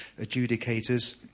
adjudicators